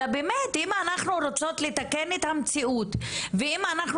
אלא באמת אם אנחנו רוצות לתקן את המציאות ואם אנחנו